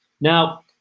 Now